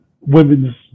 women's